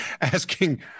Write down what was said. asking